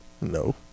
No